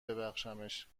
ببخشمش